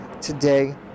today